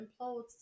implodes